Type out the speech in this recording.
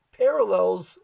parallels